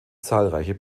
zahlreiche